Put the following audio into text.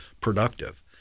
productive